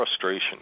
frustration